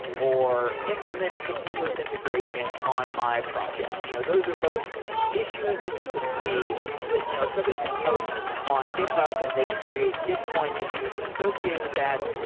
or implement continuous integration on my project. you know those are both issues that you could see that you know somebody could post on github and they could create gitcoin issues. associated with that,